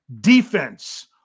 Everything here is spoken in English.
Defense